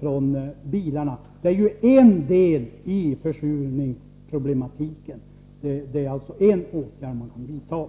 från bilarna utgör en del av försurningsproblematiken. Det är alltså ett område där åtgärder kan vidtas.